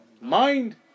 mind